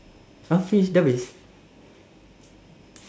!huh! finish dah habis